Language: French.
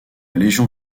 légion